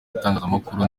itangazamakuru